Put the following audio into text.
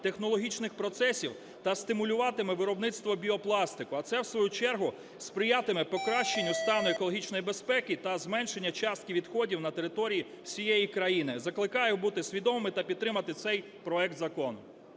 технологічних процесів та стимулюватиме виробництво біопластику, а це в свою чергу сприятиме покращенню стану екологічної безпеки та зменшення частки відходів на території всієї країни. Закликаю бути свідомими та підтримати цей проект закону.